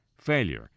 failure